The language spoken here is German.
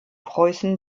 preußen